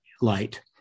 light